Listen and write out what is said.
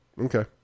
Okay